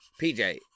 PJ